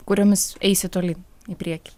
kuriomis eisi toli į priekį